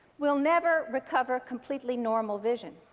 will never recover completely normal vision.